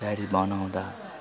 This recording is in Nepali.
गाडी बनाउँदा